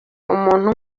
umuntu